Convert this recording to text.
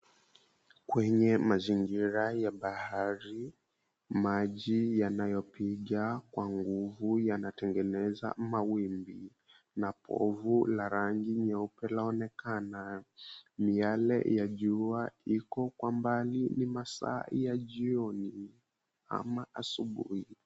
Kwenye mazingira ya bahari. Maji yanayopiga kwa nguvu yanatengeneza mawimbi, na povu la rangi nyeupe. Miale ya jua iko kwa mbali, ni masaa ya jioni ama asubuhi.